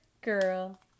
girl